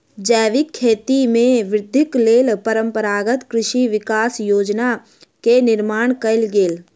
जैविक खेती में वृद्धिक लेल परंपरागत कृषि विकास योजना के निर्माण कयल गेल